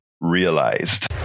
realized